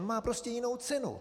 On má prostě jinou cenu.